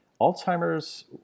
Alzheimer's